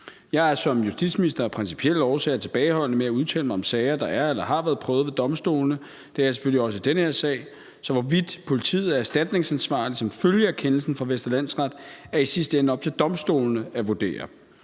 Jeg er som justitsminister af principielle årsager tilbageholdende med at udtale mig om sager, der er eller har været prøvet ved domstolene. Det er jeg selvfølgelig også i den her sag. Så hvorvidt politiet er erstatningsansvarlig som følge af kendelsen fra Vestre Landsret, er i sidste ende op til domstolene at vurdere.